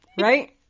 Right